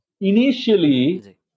Initially